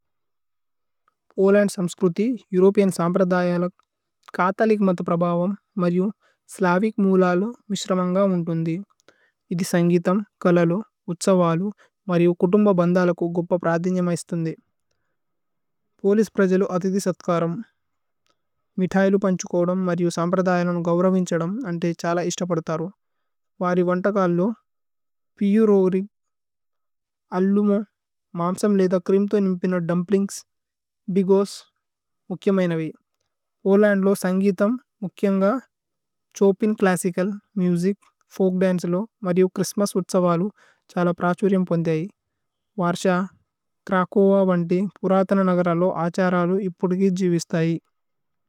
Poland സമ്സ്ക്രുതി, European സമ്പ്രദയലക്। Catholic മഥ പ്രബവമ് മരിയു സ്ലവിക്। മൂലലു മിശ്രമന്ഗ ഉന്തുന്ദി ഇഥി സന്ഗീതമ്। കലലു ഉത്സവലു മരിയു കുതുമ്ബ ബന്ദലകു ഗുപ്പ പ്രധിന്യമ ഇസ്തുന്ദി പോലിസ് പ്രജലു അതിഥി സത്കരമ് മിഥയിലു പന്ഛുകോദമ് മരിയു സമ്പ്രദയലനു ഗൌരവിന്ഛദമ്। അന്തേ ഛല ഇസ്തപദുതരു വരി വന്തകല്ലു। പിഉ രോഗേരിക് അല്ലുമു മാമ്സമ്। ലേധ ക്രിമ് തു നിമ്പിന ദുമ്പ്ലിന്ഗ്സ്। ബിഗോസ് മുക്യമൈനവി പോലന്ദ്ലോ സന്ഗീതമ്। മുക്യമ്ഗ Chopin classical music folk dance. ലു മരിയു ക്രിസ്മസ് ഉത്സവലു ഛല പ്രഛുരിയമ്। പോന്ദിഅയി വര്ശ ക്രകോവ വന്തി പുരതന। നഗര ലോ അഛരലു ഇപുദുകി ജിവിസ്തയി।